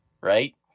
right